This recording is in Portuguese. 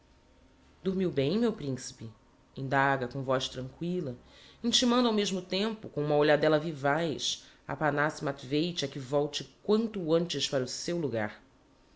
dormiu bem meu principe indaga com voz tranquilla intimando ao mesmo tempo com uma olhadella vivaz aphanassi matveich a que volte quanto antes para o seu logar